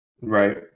Right